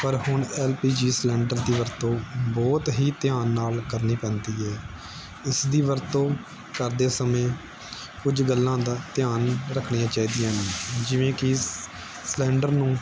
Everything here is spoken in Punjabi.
ਪਰ ਹੁਣ ਐੱਲ ਪੀ ਜੀ ਸਲੰਡਰ ਦੀ ਵਰਤੋਂ ਬਹੁਤ ਹੀ ਧਿਆਨ ਨਾਲ ਕਰਨੀ ਪੈਂਦੀ ਹੈ ਇਸ ਦੀ ਵਰਤੋਂ ਕਰਦੇ ਸਮੇਂ ਕੁਝ ਗੱਲਾਂ ਦਾ ਧਿਆਨ ਰੱਖਣੀਆਂ ਚਾਹੀਦੀਆਂ ਨੇ ਜਿਵੇਂ ਕਿ ਸ ਸਲੰਡਰ ਨੂੰ